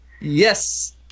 Yes